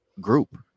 group